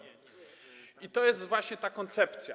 I to jest właśnie ta koncepcja.